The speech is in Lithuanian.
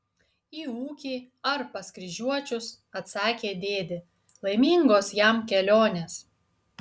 į ūkį ar pas kryžiuočius atsakė dėdė laimingos jam kelionės